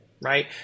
right